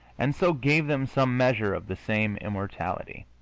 and so gave them some measure of the same immortality.